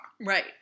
Right